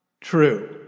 true